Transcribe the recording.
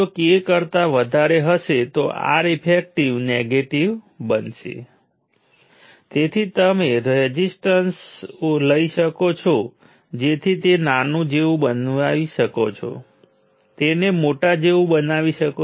મેં આ બધું તમને બતાવવા માટે બતાવ્યું હતું કે રેફરન્સ ટર્મિનલથી કોઈ ફરક પડતો નથી